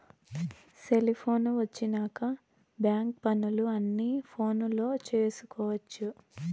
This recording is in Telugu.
సెలిపోను వచ్చినాక బ్యాంక్ పనులు అన్ని ఫోనులో చేసుకొవచ్చు